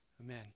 Amen